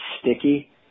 sticky